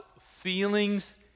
feelings